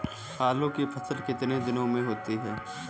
आलू की फसल कितने दिनों में होती है?